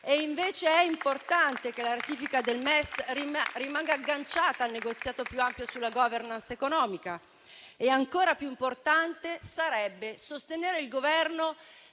E, invece, è importante che la ratifica del MES rimanga agganciata al negoziato più ampio sulla *governance* economica. E ancora più importante sarebbe sostenere il Governo